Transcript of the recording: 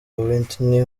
whitney